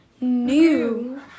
new